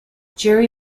jerry